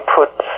put